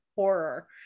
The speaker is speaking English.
horror